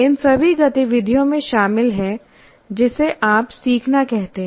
इन सभी गतिविधियों में शामिल है जिसे आप सीखना कहते हैं